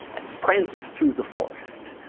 and prance through the forest.